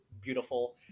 beautiful